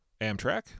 Amtrak